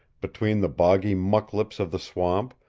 between the boggy mucklips of the swamp,